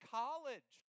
college